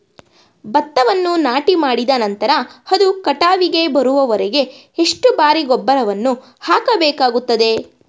ಭತ್ತವನ್ನು ನಾಟಿಮಾಡಿದ ನಂತರ ಅದು ಕಟಾವಿಗೆ ಬರುವವರೆಗೆ ಎಷ್ಟು ಬಾರಿ ಗೊಬ್ಬರವನ್ನು ಹಾಕಬೇಕಾಗುತ್ತದೆ?